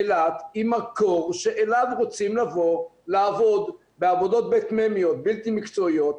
אילת היא מקור שאליו רוצים לבוא לעבוד בעבודות בלתי מקצועיות,